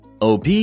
OP